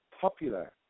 popular